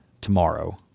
tomorrow